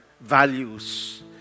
values